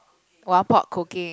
one pot cooking